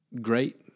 great